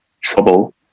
trouble